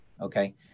Okay